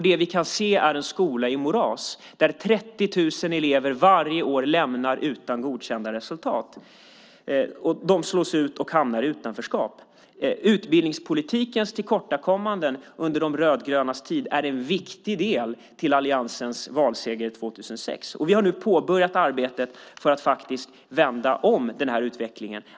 Det vi kan se är en skola i moras som 30 000 elever varje år lämnar utan godkända resultat. De slås ut och hamnar i utanförskap. Utbildningspolitikens tillkortakommanden under de rödgrönas tid är en viktig del i alliansens valseger 2006. Vi har nu påbörjat arbetet för att vända den utvecklingen.